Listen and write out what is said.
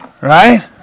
Right